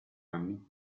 anni